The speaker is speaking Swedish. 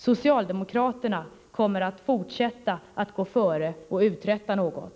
Socialdemokraterna kommer att fortsätta att gå före och uträtta något!